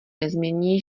nezmění